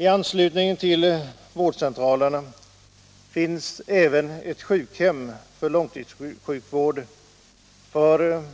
I anslutning till vårdcentralerna finns också ett sjukhem för långtidssjuka för